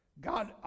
God